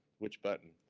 which button?